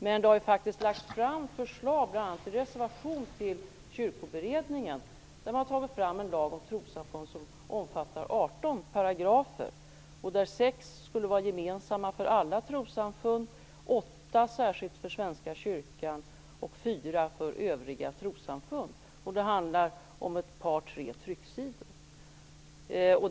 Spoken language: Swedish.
Men det har faktiskt lagts fram förslag, bl.a. i en reservation till Kyrkoberedningen, där man har tagit fram en lag om trossamfund som omfattar 18 paragrafer. Sex av dessa skulle vara gemensamma för alla trossamfund, åtta skulle gälla särskilt för Svenska kyrkan, och fyra skulle gälla övriga trossamfund. Det handlar om ett par tre trycksidor.